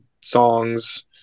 songs